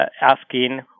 asking